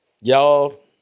Y'all